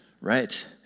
right